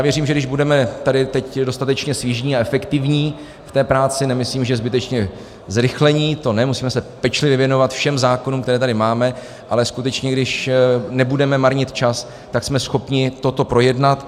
Věřím, že když budeme tady teď dostatečně svižní a efektivní v té práci, nemyslím, že zbytečně zrychlení, to ne, musíme se pečlivě věnovat všem zákonům, které tady máme ale skutečně, když nebudeme marnit čas, tak jsme schopni toto projednat.